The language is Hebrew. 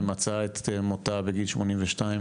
מצאה מותה בגיל 82,